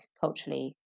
culturally